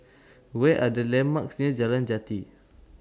What Are The landmarks near Jalan Jati